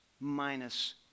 minus